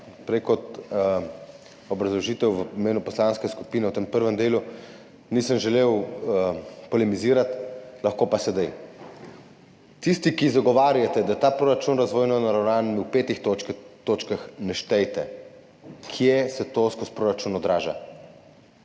Prej v obrazložitvi v imenu poslanske skupine, v tem prvem delu, nisem želel polemizirati, lahko pa sedaj. Tisti, ki zagovarjate, da je ta proračun razvojno naravnan v petih točkah, ne štejete, kje se to skozi proračun odraža.